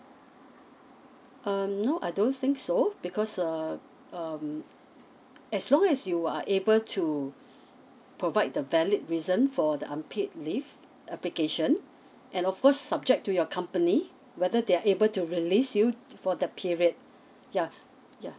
uh no I don't think so because uh um as long as you are able to provide the valid reason for the unpaid leave application and of course subject to your company whether they are able to release you for that period yeah yeah